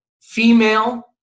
female